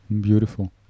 Beautiful